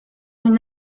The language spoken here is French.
une